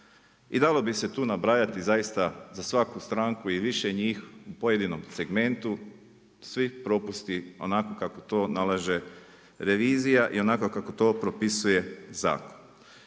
I dalo bi se tu nabrajati zaista za svaku stranku i više njih u pojedinom segmentu, svi propusti onako kako to nalaže revizija i onako kako to propisuje zakon.